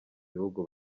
bihugu